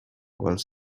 while